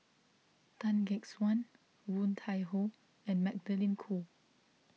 Tan Gek Suan Woon Tai Ho and Magdalene Khoo